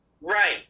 Right